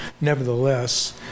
nevertheless